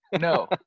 No